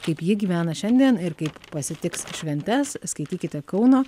kaip ji gyvena šiandien ir kaip pasitiks šventes skaitykite kauno